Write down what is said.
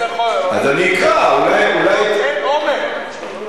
זה חוק שטוח למדי.